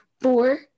four